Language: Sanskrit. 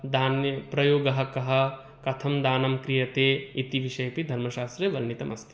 दाने प्रयोगः कः कथं दानं क्रियते इति विषये अपि धर्मशास्त्रे वर्णितमस्ति